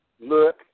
Look